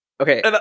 okay